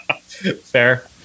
Fair